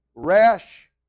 rash